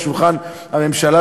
לשולחן הממשלה,